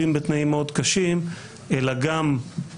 ואני חולק עליך,